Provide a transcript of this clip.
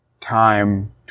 time